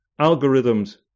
Algorithms